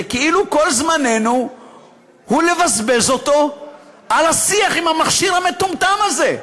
זה כאילו כל זמננו הוא לבזבז אותו על השיח עם המכשיר המטומטם הזה.